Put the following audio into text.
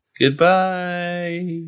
Goodbye